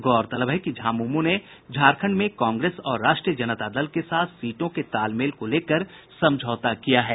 गौरतलब है कि झामुमो ने झारखंड में कांग्रेस और राष्ट्रीय जनता दल के साथ सीटों के तालमेल को लेकर समझौता किया है